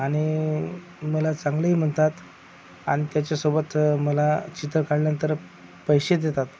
आणि मला चांगलेही म्हणतात आणि त्याच्यासोबत मला चित्र काढल्यानंतर पैसे देतात